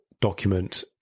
document